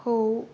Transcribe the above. खौ